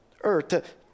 earth